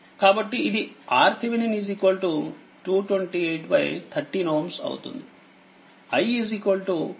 కాబట్టిఇది RThevenin 22813Ω అవుతుంది